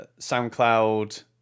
soundcloud